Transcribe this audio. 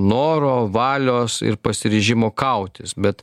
noro valios ir pasiryžimo kautis bet